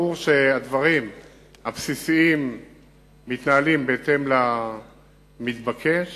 ברור שהדברים הבסיסיים מתנהלים בהתאם למתבקש.